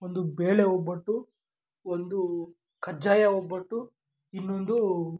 ಒಂದು ಬೇಳೆ ಒಬ್ಬಟ್ಟು ಒಂದು ಕಜ್ಜಾಯ ಒಬ್ಬಟ್ಟು ಇನ್ನೊಂದು